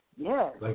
Yes